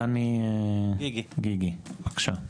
דני גיגי בבקשה.